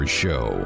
show